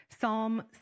Psalm